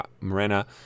Marina